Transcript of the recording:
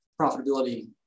profitability